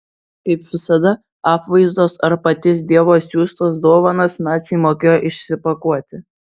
kaip visada apvaizdos ar paties dievo siųstas dovanas naciai mokėjo išsipakuoti